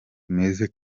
bumeze